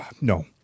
No